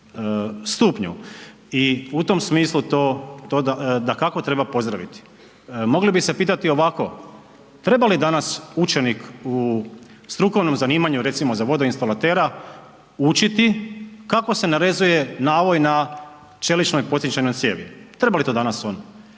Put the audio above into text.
I u tom smislu to dakako treba pozdraviti. Mogli bi se pitati ovako, treba li danas učenik u strukovnom zanimanju, recimo za vodoinstalatera učiti kako se narezuje navoj na čeličnoj pocinčanoj cijevi? Treba li to danas on?